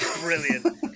Brilliant